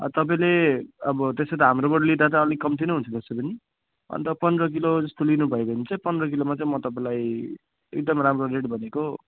a तपाईँले त्यसो त हाम्रोबाट लिँदा त अलिक कम्ती नै हुन्छ त्यसै पनि अन्त पन्ध्र किलो जस्तो लिनुभयो भने चाहिँ पन्ध्र किलोमा चाहिँ म तपाईँलाई एकदम राम्रो रेट भनेको